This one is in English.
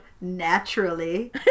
naturally